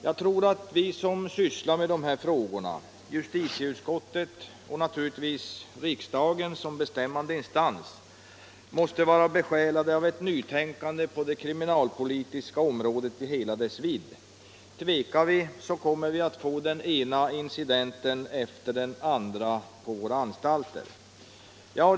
Jag tror att vi som sysslar med de här frågorna — justitieutskottet och naturligtvis riksdagen som bestämmande instans — måste vara besjälade av ett nytänkande på det kriminalpolitiska området i hela dess vidd. Tvekar vi, så kommer vi att få den ena incidenten efter den andra på våra anstalter.